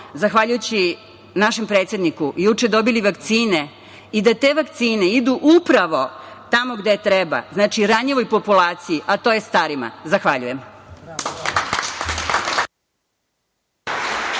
zahvaljujući našem predsedniku juče dobili vakcine i da te vakcine idu upravo tamo gde treba, znači ranjivoj populaciji, a to je starima. Hvala.